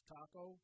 Taco